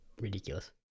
ridiculous